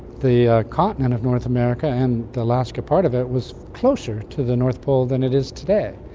the ah continent of north america and the alaska part of it was closer to the north pole than it is today,